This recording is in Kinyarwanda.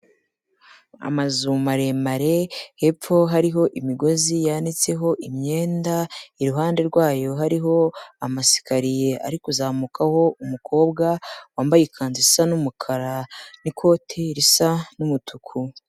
Amazu maremare hepfo hariho imigozi yanitseho imyenda, iruhande rwayo hariho amasikariye ari kuzamukaho umukobwa, wambaye ikanzu isa n'umukara n'ikoti risa n'umutuku.